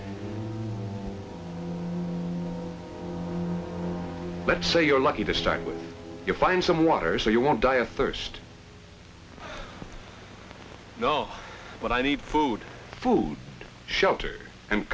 let's say you're lucky to start with you find some water so you won't die of thirst no but i need food food shelter and